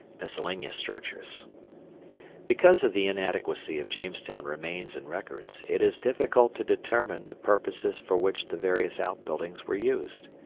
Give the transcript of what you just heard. miscellaneous structures because of the inadequacy of jamestown remains and records, it is difficult to determine the purposes for which the various outbuildings were used.